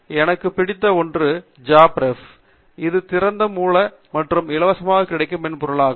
எனக்கு பிடித்த ஒன்று ஜாப்ரெப் இது திறந்த மூல மற்றும் இலவசமாக கிடைக்கும் மென்பொருளாகும்